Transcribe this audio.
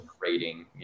rating